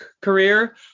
career